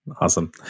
Awesome